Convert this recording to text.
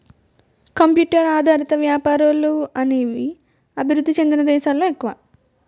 computer ఆధారిత వ్యాపారాలు అనేవి అభివృద్ధి చెందిన దేశాలలో ఎక్కువ